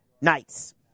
Nights